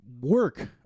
work